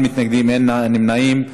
בעד,7, אין מתנגדים, אין נמנעים.